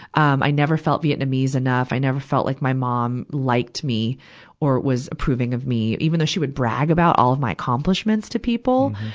um i never felt vietnamese enough. i never felt like my mom liked me or was approving of me, even though she would brag about all of my accomplishments to people.